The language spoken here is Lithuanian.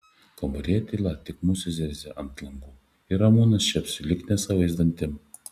kambaryje tyla tik musės zirzia ant langų ir ramūnas čepsi lyg nesavais dantim